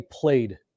played